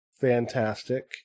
fantastic